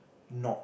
not